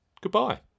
Goodbye